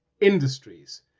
industries